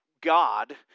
God